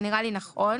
זה נראה לי נכון.